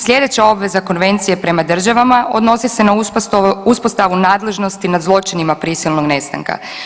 Sljedeća obveza Konvencije prema državama odnosi se na uspostavu nadležnosti nad zločinima prisilnog nestanka.